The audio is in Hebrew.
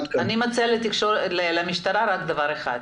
אני מציעה למשטרה רק דבר אחד.